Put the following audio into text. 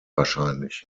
wahrscheinlich